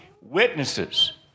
witnesses